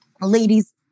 ladies